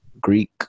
Greek